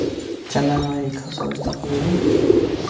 چندنواری کھسو أسۍ تَپٲری